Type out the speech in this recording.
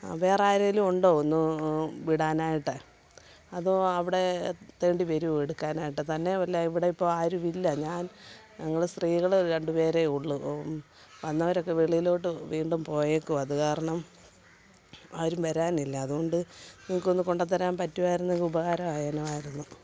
വേറാരെയെങ്കിലും ഉണ്ടോ ഒന്നു വിടാനായിട്ട് അതോ അവിടെ എത്തേണ്ടി വരുമോ എടുക്കാനായിട്ട് തന്നെയുമല്ല ഇവിടെയിപ്പോൾ ആരുമില്ല ഞാൻ ഞങ്ങൾ സ്ത്രീകൾ രണ്ടുപേരെ ഉള്ളൂ വന്നവരൊക്കെ വെളിയിലോട്ടു വീണ്ടും പോയേക്കുവാണ് അതു കാരണം ആരും വരാനില്ല അതുകൊണ്ട് നിങ്ങക്കൊന്ന് കൊണ്ടൂ തരാൻ പറ്റുമായിരുന്നെങ്കിൽ ഉപകാരമായേനെ മായിരുന്നു